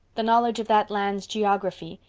the knowledge of that land's geography.